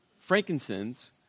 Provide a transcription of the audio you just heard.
Frankincense